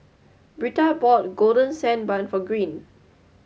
Britta bought Golden Dand Bun for Green